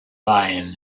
maine